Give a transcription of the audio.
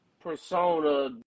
persona